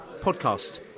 podcast